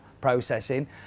processing